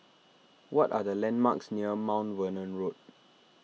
what are the landmarks near Mount Vernon Road